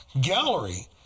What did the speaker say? Gallery